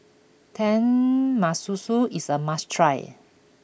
Tenmusu is a must try